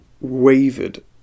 wavered